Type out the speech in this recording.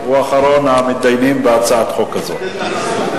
אחרון הדוברים בהצעת החוק הזאת.